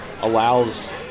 allows